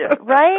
right